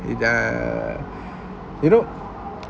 it err you know